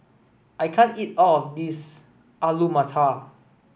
I can't eat all of this Alu Matar